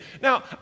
Now